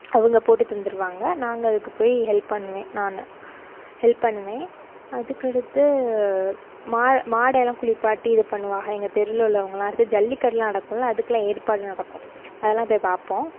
அவங்க போட்டு தந்துடுவாங்க நாங்கள் அதுக்கு போய் ஹெல்ப் பண்ணுவேன் நான் ஹெல்ப் பண்ணுவேன் அதுக்கு அடுத்து மா மாடெல்லாம் குளிப்பாட்டி இது பண்ணுவாக எங்கள் தெருவில் உள்ளவங்கெலாம் அடுத்து ஜல்லிக்கட்டெலாம் நடக்குமில்ல அதுக்கெலாம் ஏற்பாடு நடக்கும் அதெலாம் போய் பார்ப்போம்